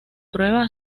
prueba